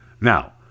Now